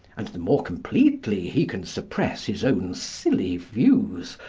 and the more completely he can suppress his own silly views,